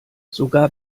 sogar